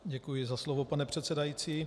Děkuji za slovo, pane předsedající.